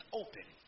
open